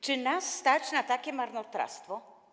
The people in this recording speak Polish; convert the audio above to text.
Czy nas stać na takie marnotrawstwo?